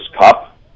cup